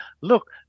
look